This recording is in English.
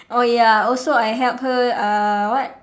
oh ya also I help her uh what